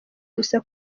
gusa